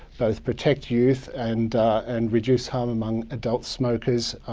both protect youth and and reduce harm among adult smokers,